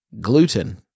gluten